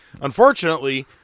unfortunately